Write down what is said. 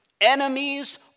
enemies